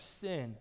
sin